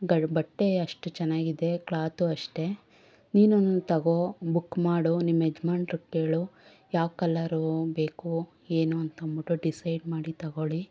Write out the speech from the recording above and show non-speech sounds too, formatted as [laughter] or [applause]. [unintelligible] ಬಟ್ಟೆ ಅಷ್ಟು ಚೆನ್ನಾಗಿದೆ ಕ್ಲಾತು ಅಷ್ಟೇ ನೀನು ಒಂದು ತಗೋ ಬುಕ್ ಮಾಡು ನಿಮ್ಮ ಯಜ್ಮಾನ್ರಿಗೆ ಕೇಳು ಯಾವ ಕಲರು ಬೇಕು ಏನು ಅಂತಂದ್ಬಿಟ್ಟು ಡಿಸೈಡ್ ಮಾಡಿ ತಗೊಳ್ಳಿ